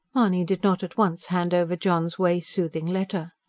mahony did not at once hand over john's way-soothing letter.